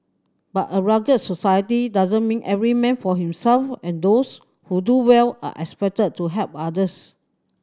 but a rugged society doesn't mean every man for himself and those who do well are expected to help others